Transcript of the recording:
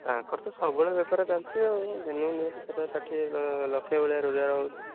ତାଙ୍କର ତ ସବୁବେଳେ ବେପାର ଚାଲିଛି ଆଉ ଦିନକୁ ନିହାତି ପଚାଶ ଷାଠିଏ ଲକ୍ଷେ ଭଳିଆ ରୋଜଗାର ହେଉଛି